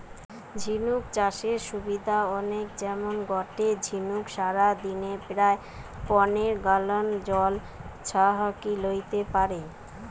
ঝিনুক চাষের সুবিধা অনেক যেমন গটে ঝিনুক সারাদিনে প্রায় পনের গ্যালন জল ছহাকি লেইতে পারে